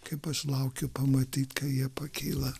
kaip aš laukiu pamatyt kai jie pakyla